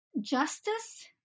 justice